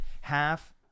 half